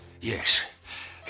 Yes